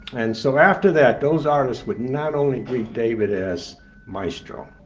and so after that, those artists would not only greet david as maestro,